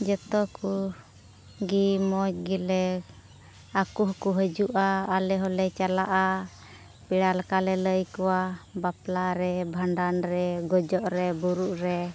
ᱡᱚᱛᱚ ᱠᱚᱜᱮ ᱢᱚᱡᱽ ᱜᱮᱞᱮ ᱟᱠᱚ ᱦᱚᱸᱠᱚ ᱦᱤᱡᱩᱜᱼᱟ ᱟᱞᱮ ᱦᱚᱸᱞᱮ ᱪᱟᱞᱟᱜᱼᱟ ᱯᱮᱲᱟ ᱞᱮᱠᱟ ᱞᱮ ᱞᱟᱹᱭ ᱟᱠᱚᱣᱟ ᱵᱟᱯᱞᱟ ᱨᱮ ᱵᱷᱟᱸᱰᱟᱱ ᱨᱮ ᱜᱩᱡᱩᱜ ᱨᱮ ᱵᱩᱨᱩᱜ ᱨᱮ